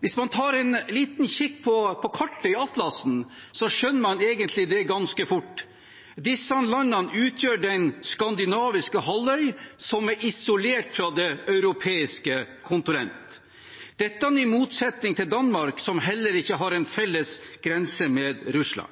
Hvis man tar en liten kikk på kartet i atlasen, skjønner man det egentlig ganske fort. Disse landene utgjør den skandinaviske halvøy, som er isolert fra det europeiske kontinentet – i motsetning til Danmark, som heller ikke har felles grense med Russland.